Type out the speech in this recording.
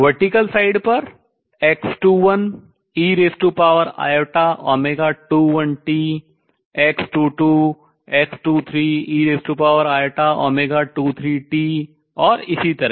ऊर्ध्वाधर पक्ष पर x21 ei21t x22 x23 ei23t और इसी तरह